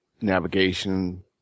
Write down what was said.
navigation